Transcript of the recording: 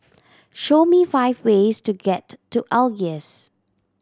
show me five ways to get to Algiers